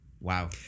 wow